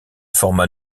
formats